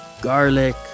garlic